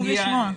אני פה.